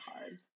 hard